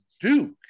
Duke